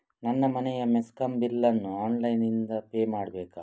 ನನ್ನ ಮನೆಯ ಮೆಸ್ಕಾಂ ಬಿಲ್ ಅನ್ನು ಆನ್ಲೈನ್ ಇಂದ ಪೇ ಮಾಡ್ಬೇಕಾ?